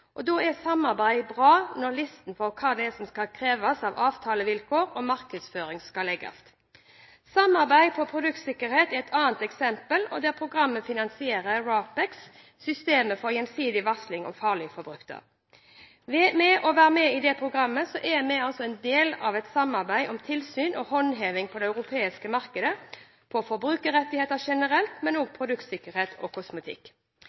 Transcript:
Google. Da er samarbeid bra når listen for hva som skal kreves av avtalevilkår og markedsføring, skal legges. Samarbeidet innen produktsikkerhet er et annet eksempel, der programmet finansierer RAPEX, systemet for gjensidig varsling om farlige produkter. Ved å være med i det programmet er vi en del av et samarbeid om tilsyn og håndheving på det europeiske markedet, på forbrukerrettigheter generelt, men også på produktsikkerhet og kosmetikk.